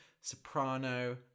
soprano